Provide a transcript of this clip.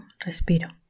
Respiro